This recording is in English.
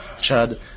Chad